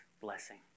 blessing